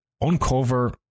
uncover